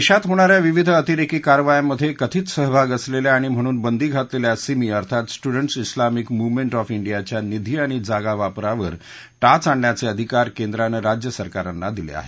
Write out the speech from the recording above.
देशात होणा या विविध अतिरेकी कारवायांमध्ये कथित सहभाग असलेल्या आणि म्हणून बंदी घातलेल्या सिमी अर्थात स्टुडण्ट्स इस्लामिक मूवमेंट ऑफ इंडियाच्या निधी आणि जागावापरावर टाच आणण्याचे अधिकार केंद्रानं राज्य सरकारांना दिले आहेत